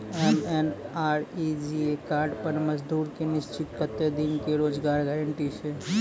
MNREGA card पर मजदुर के निश्चित कत्तेक दिन के रोजगार गारंटी छै?